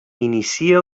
inicia